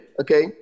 okay